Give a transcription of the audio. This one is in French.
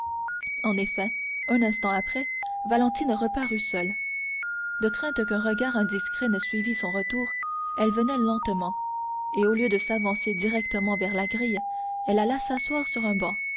en effet un instant après valentine reparut seule de crainte qu'un regard indiscret ne suivît son retour elle venait lentement et au lieu de s'avancer directement vers la grille elle alla s'asseoir sur un banc